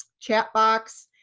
chat box.